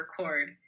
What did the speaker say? record